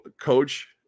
Coach